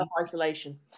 isolation